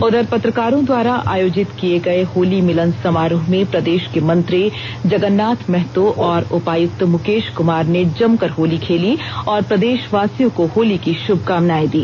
उधर पत्रकारों द्वारा आयोजित किए गए होली मिलन समारोह में प्रदेश के मंत्री जगन्नाथ महतो और उपायुक्त मुकेश कुमार ने जमकर होली खेली और प्रदेशवासियों को होली की शुभकामनाएं दी